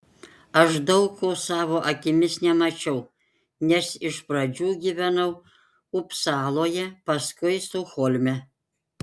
aš daug ko savo akimis nemačiau nes iš pradžių gyvenau upsaloje paskui stokholme